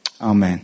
Amen